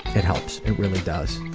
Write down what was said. it helps, it really does.